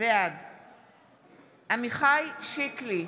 בעד עמיחי שיקלי,